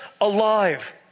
alive